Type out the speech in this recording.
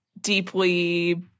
deeply